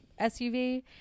SUV